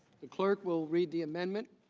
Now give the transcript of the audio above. the clerk will read the amendment.